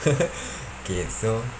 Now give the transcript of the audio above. okay so